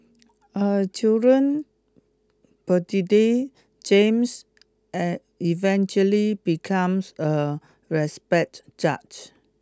a children prodigy James eventually becomes a respected judge